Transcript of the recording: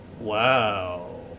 Wow